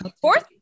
Fourth